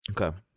Okay